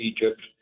Egypt